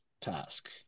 task